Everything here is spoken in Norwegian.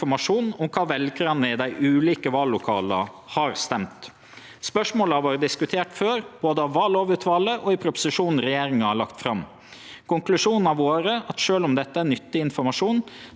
Konklusjonen har vore at sjølv om dette er nyttig informasjon, er konsekvensane for kommunane som gjennomfører valet og for veljarane så store at verken departementet eller vallovutvalet gjekk inn for ei slik løysing.